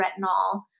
retinol